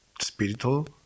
spiritual